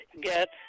get